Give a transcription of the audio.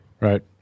Right